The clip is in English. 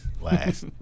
last